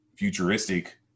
Futuristic